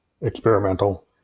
experimental